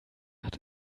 hat